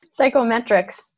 Psychometrics